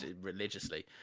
religiously